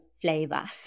flavor